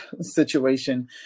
situation